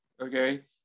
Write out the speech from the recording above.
okay